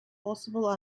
possible